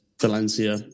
Valencia